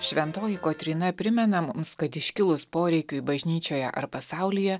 šventoji kotryna primena mums kad iškilus poreikiui bažnyčioje ar pasaulyje